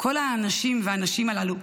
כל האנשים והנשים הללו,